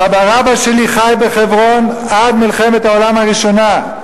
סבא-רבא שלי חי בחברון עד מלחמת העולם הראשונה.